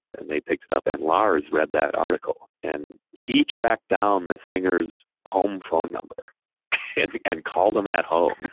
and they picked it up and lars read that article and he tracked down the singer's home phone number and called him at home.